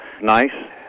nice